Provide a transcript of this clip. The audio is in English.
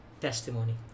testimony